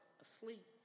asleep